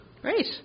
Great